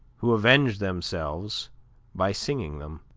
who avenged themselves by singing them.